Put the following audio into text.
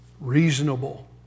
reasonable